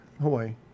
Hawaii